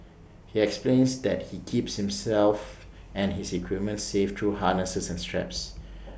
he explains that he keeps himself and his equipment safe through harnesses and straps